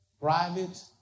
private